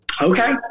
Okay